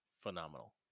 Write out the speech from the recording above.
phenomenal